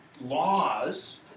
laws